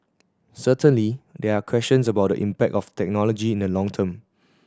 certainly there are questions about the impact of technology in the long term